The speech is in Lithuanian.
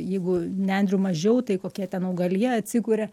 jeigu nendrių mažiau tai kokia ten augalija atsikuria